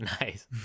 Nice